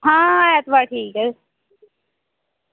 आं ऐतवार ठीक ऐ